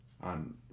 on